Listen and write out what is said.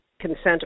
consent